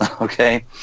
Okay